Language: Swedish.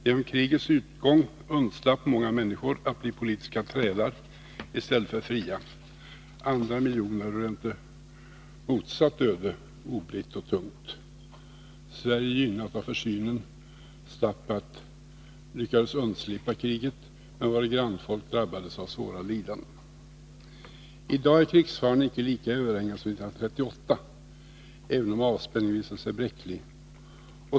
Genom krigets utgång undslapp många att bli politiska trälar i stället för fria människor; andra miljoner rönte motsatt öde, oblitt och tungt. Sverige, gynnat av försynen, lyckades undslippa kriget. Men våra grannfolk drabbades av svåra lidanden. I dag är krigsfaran icke lika överhängande som 1938, även om avspänningen visat sig bräcklig.